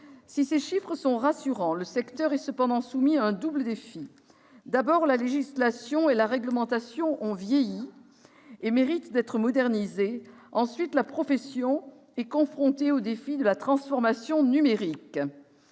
Si ces chiffres sont rassurants, le secteur est cependant soumis à un double défi : d'abord, la législation et la réglementation ont vieilli et méritent d'être modernisées ; ensuite, la profession est confrontée au défi de la transformation numérique.